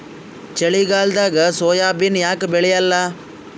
ಚಳಿಗಾಲದಾಗ ಸೋಯಾಬಿನ ಯಾಕ ಬೆಳ್ಯಾಲ?